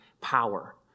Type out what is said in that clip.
power